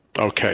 Okay